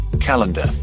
calendar